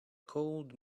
cold